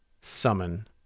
summon